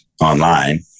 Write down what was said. online